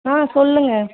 ஆ சொல்லுங்கள்